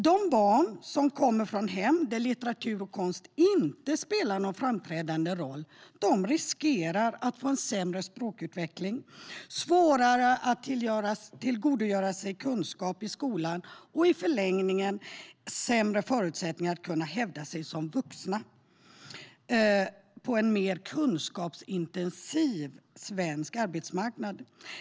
De barn som kommer från hem där litteratur och konst inte spelar någon framträdande roll riskerar att få en sämre språkutveckling, svårare att tillgodogöra sig kunskap i skolan och i förlängningen sämre förutsättningar att kunna hävda sig som vuxna på en mer kunskapsintensiv svensk arbetsmarknad.